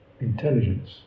intelligence